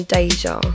Deja